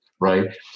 right